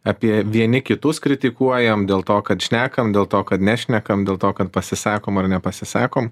apie vieni kitus kritikuojam dėl to kad šnekam dėl to kad nešnekam dėl to kad pasisakom ar nepasisakom